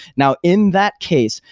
now, in that case,